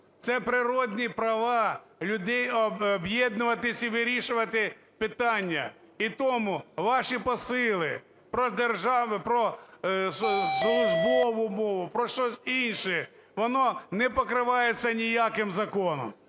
це природні права людей об'єднуватись і вирішувати питання. І тому ваші посили про держав… про службову мову, про щось інше воно не покривається ніяким законом.